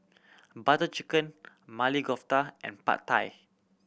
Butter Chicken Maili Kofta and Pad Thai